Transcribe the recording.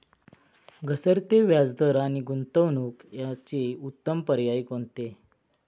घसरते व्याजदर आणि गुंतवणूक याचे उत्तम पर्याय कोणते?